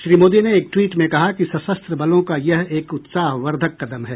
श्री मोदी ने एक ट्वीट में कहा कि सशस्त्र बलों का यह एक उत्साह वर्धक कदम है